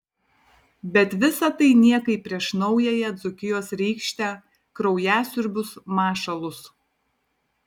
bet visa tai niekai prieš naująją dzūkijos rykštę kraujasiurbius mašalus